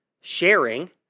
sharing